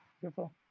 Beautiful